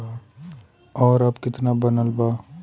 और अब कितना बनल बा?